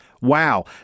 Wow